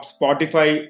Spotify